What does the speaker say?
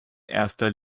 erster